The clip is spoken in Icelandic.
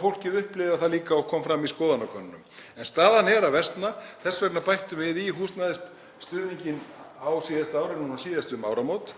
fólk upplifði það líka og það kom fram í skoðanakönnunum. En staðan er að versna. Þess vegna bættum við í húsnæðisstuðninginn á síðasta ári, síðast nú um áramót.